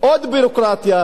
עוד עיכובים,